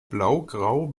blaugrau